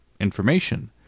information